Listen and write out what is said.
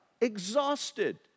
Exhausted